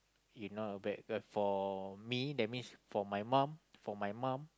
you not a bad guy for me that means for my mom for my mom